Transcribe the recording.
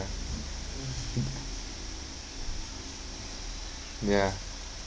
ya